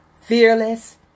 fearless